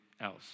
else